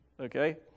okay